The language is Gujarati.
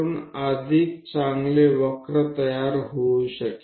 કે જેથી ઉત્તમ વક્ર આપણે રચી શકીએ